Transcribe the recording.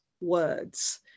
words